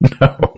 no